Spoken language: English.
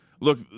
look